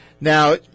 Now